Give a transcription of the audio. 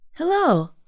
Hello